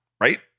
Right